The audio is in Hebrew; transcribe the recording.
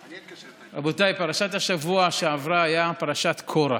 רבותיי, פרשת השבוע שעבר הייתה פרשת קורח,